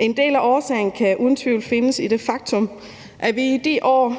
En del af årsagen til det findes uden tvivl i det faktum, at vi i de år